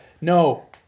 No